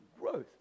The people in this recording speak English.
growth